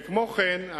וכמו כן,